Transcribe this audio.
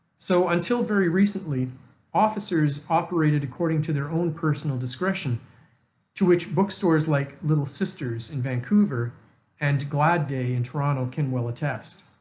so until very recently officers operated according to their own personal discretion to which bookstores like little sisters in vancouver and glad day in toronto can well attest.